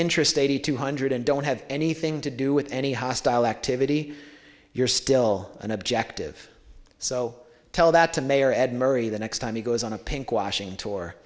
interest eighty two hundred and don't have anything to do with any hostile activity you're still an objective so tell that to mayor ed murray the next time he goes on a pink washing tor